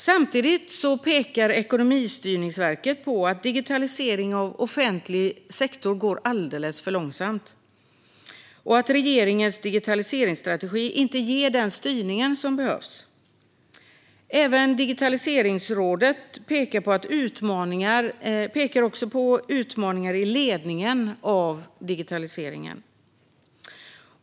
Samtidigt pekar Ekonomistyrningsverket på att digitaliseringen av offentlig sektor går alldeles för långsamt och att regeringens digitaliseringsstrategi inte ger den styrning som behövs. Även Digitaliseringsrådet pekar på utmaningar i ledningen av digitaliseringen.